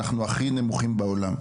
אנחנו הכי נמוכים בעולם.